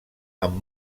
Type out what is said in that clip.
amb